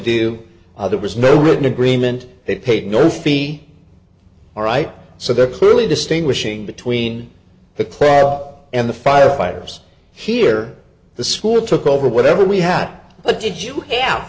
are there was no written agreement they paid no fee all right so they're clearly distinguishing between the crab and the firefighters here the school took over whatever we had but did you